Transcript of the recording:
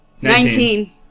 Nineteen